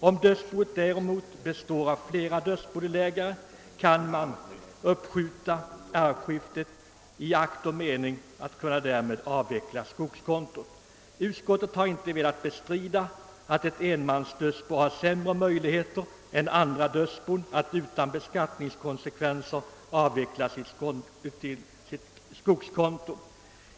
Om dödsboet däremot består av flera dödsbodelägare kan arvskiftet uppskjutas och skogskontot avvecklas på normalt sätt. Utskottet har inte velat bestrida att ett enmansdödsbo har sämre möjligheter än andra dödsbon att utan beskattningskonsekvenser avveckla ett skogskonto.